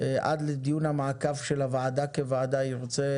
עד לדיון המעקב של הוועדה כוועדה ירצה